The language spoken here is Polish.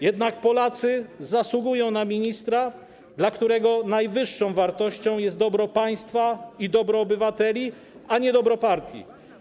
Jednak Polacy zasługują na ministra, dla którego najwyższą wartością jest dobro państwa i dobro obywateli, a nie dobro partii.